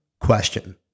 question